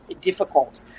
difficult